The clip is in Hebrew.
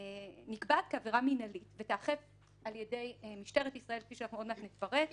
והיא נקבעת כעבירה מינהלית שתיאכף על ידי משטרת ישראל כפי שנפרט בהמשך